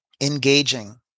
engaging